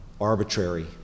arbitrary